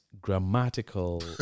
grammatical